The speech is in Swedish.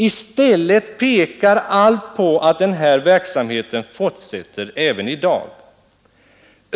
I stället pekar allt på att den här verksamheten fortsätter även i dag.